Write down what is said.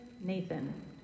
Nathan